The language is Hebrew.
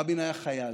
רבין היה חייל.